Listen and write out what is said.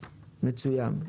מצוין.